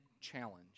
challenge